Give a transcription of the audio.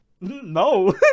No